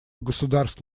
государств